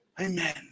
Amen